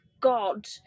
god